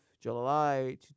July